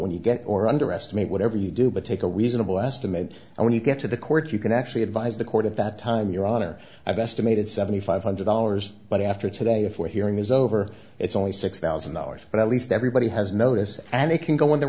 when you get or underestimate whatever you do but take a reasonable estimate and when you get to the court you can actually advise the court at that time your honor i've estimated seventy five hundred dollars but after today if we're hearing is over it's only six thousand dollars but at least everybody has notice an